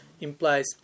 implies